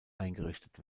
eingerichtet